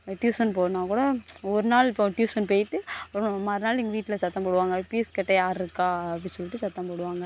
tuition போகனுனா கூட ஒரு நாள் இப்போது டியூஷன் போய்ட்டு மறுநாள் எங்கள் வீட்டில் சத்தம் போடுவாங்க பீஸ் கட்ட யார் இருக்கா அப்படின்னு சொல்லிவிட்டு சத்தம் போடுவாங்க